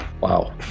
Wow